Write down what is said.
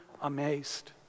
amazed